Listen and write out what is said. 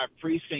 precinct